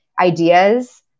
ideas